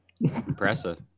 Impressive